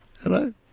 Hello